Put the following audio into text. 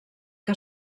que